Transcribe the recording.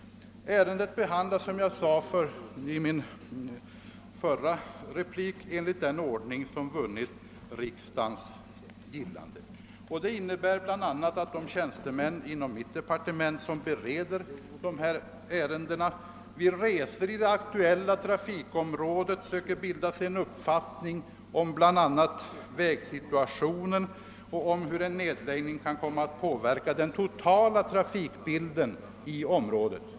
Ärendet behandlas, som jag sade i min förra replik, enligt den ordning som har vunnit riksdagens gillande. Detta innebär t.ex. att de tjänstemän inom mitt departement som bereder dessa ärenden vid resor i det aktuella trafikområdet söker bilda sig en uppfattning om bl.a. vägsituationen och om hur en nedläggning kan komma att påverka den totala trafikbilden i området.